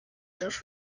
just